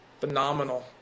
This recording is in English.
Phenomenal